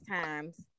times